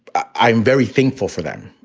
i am very thankful for them,